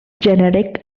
generic